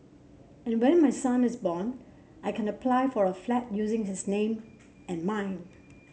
and when my son is born I can apply for a flat using his name and mine